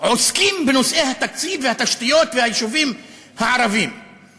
עוסקים בנושא התקציב, התשתיות והיישובים הערביים;